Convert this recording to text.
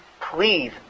please